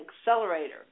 Accelerator